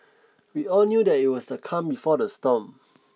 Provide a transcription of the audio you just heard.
we all knew that it was the calm before the storm